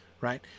right